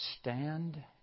Stand